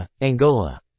Angola